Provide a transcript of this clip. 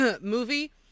movie